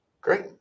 Great